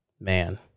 man